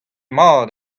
mat